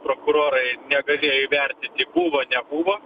prokurorai negalėjo įvertinti buvo nebuvo